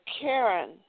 Karen